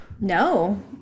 no